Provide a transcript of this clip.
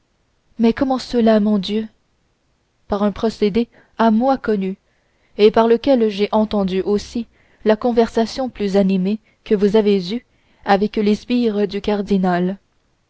mais comment cela mon dieu par un procédé à moi connu et par lequel j'ai entendu aussi la conversation plus animée que vous avez eue avec les sbires du cardinal